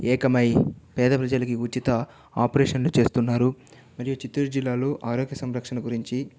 ఏకమై పేద ప్రజలకు ఉచిత ఆపరేషన్లు చేస్తున్నారు మరియు చిత్తూరు జిల్లాలో ఆరోగ్య సంరక్షణ గురించి